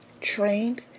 trained